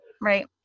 right